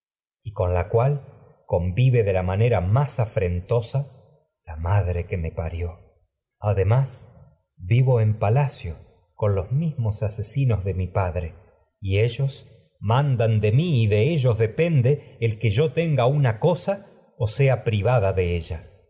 y con la cual que me convive de manera más madre parió de además vivo padre yo y en pa man con los mismos asesinos mi ellos dan de mí y de ellos depende el que tenga una cosa que o sea privada de ella